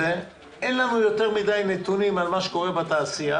אין לנו נתונים על מה שקורה בתעשייה,